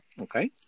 Okay